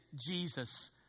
Jesus